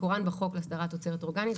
מקורן בחוק הסדרת תוצרת אורגנית.